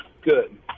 good